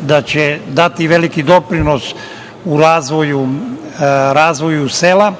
da će dati veliki doprinos razvoju sela.